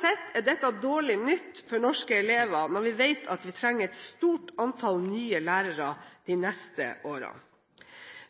sett er dette dårlig nytt for norske elever når vi vet at vi trenger et stort antall nye lærere de neste årene.